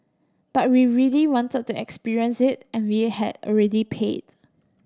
but we really wanted to experience it and we had already paid